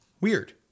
Weird